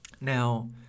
Now